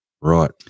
Right